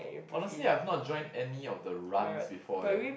honestly I've not join any of the runs before eh